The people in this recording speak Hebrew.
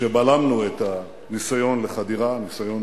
שבלמנו את הניסיון לחדירה, הניסיון